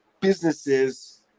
businesses